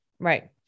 Right